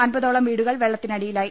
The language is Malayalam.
അമ്പതോളം വീടു കൾ വെള്ളത്തിനടിയിലായി